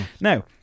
Now